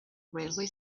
railway